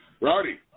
Rowdy